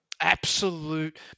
Absolute